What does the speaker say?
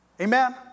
Amen